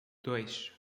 dois